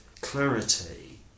clarity